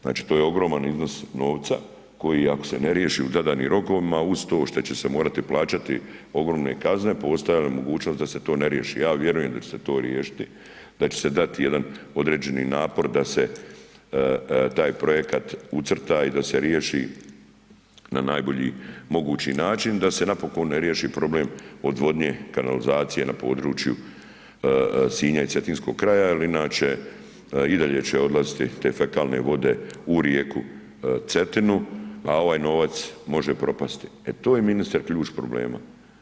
Znači to je ogroman iznos novca koji, ako se ne riješi u zadanim rokovima uz to što će se morati plaćati ogromne kazne, postoji mogućnost da se to ne riješi, ja vjerujem da će se to riješiti, da će se dati jedan određeni napor da se taj projekat ucrta i da se riješi na najbolji mogući način da se napokon riješi problem odvodnje, kanalizacije na području Sinja i Cetinskog kraja jer inače i dalje će odlaziti te fekalne vode u rijeku Cetinu, a ovaj novac može propasti, e to je ministre ključ problema.